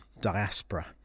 diaspora